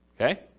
Okay